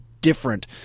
different